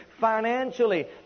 financially